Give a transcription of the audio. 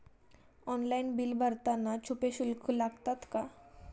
Online bill भरताना छुपे शुल्क लागतात का?